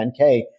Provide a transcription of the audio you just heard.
10K